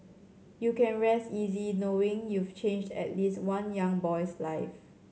you can rest easy knowing you've changed at least one young boy's life